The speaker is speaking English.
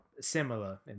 similar